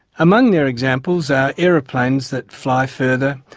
among their examples are aeroplanes that fly further,